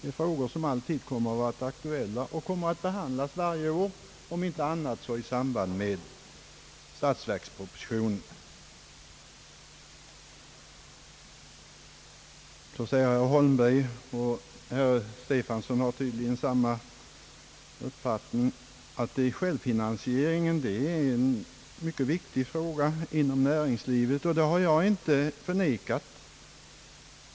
De frågorna kommer att behandlas varje år, om inte annat så i samband med statsverkspropositionen. Självfinansieringen inom <näringslivet är en mycket viktig fråga, säger herr Holmberg, och herr Stefanson har tydligen samma uppfattning. Detta har jag inte förnekat.